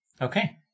Okay